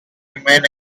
remain